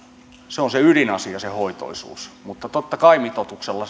se on se ydinasia se hoitoisuus mutta totta kai mitoituksella